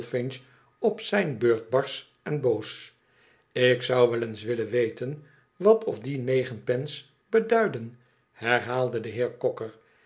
op zijn beurt barsch en boos ik zou wel eens willen weten wat of die negen pence beduiden herhaalde de heer cocker